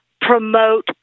promote